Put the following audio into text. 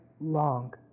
long